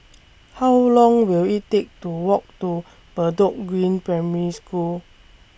How Long Will IT Take to Walk to Bedok Green Primary School